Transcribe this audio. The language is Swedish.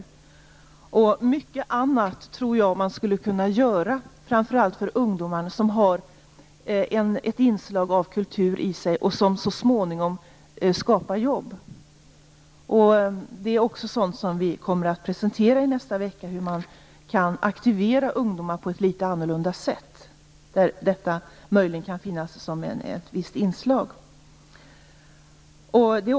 Jag tror att det finns mycket annat som skulle kunna göras, framför allt för ungdomar, och som innehåller inslag av kultur som så småningom skapar jobb. Nästa vecka kommer vi att presentera hur ungdomar kan aktiveras på ett litet annorlunda sätt. Där kan detta möjligen finnas med som ett inslag.